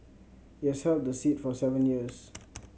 he has held the seat for seven years